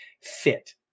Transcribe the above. fit